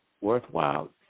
worthwhile